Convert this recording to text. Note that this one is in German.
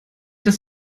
das